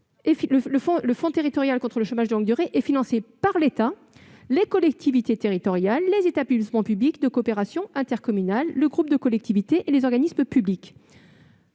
territoriale contre le chômage de longue durée est financé « par l'État, les collectivités territoriales, les établissements publics de coopération intercommunale, les groupes de collectivités territoriales et les organismes publics